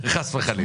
חס וחלילה.